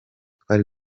twari